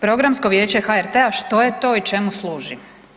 Programsko vijeće HRT-a što je to i čemu služi?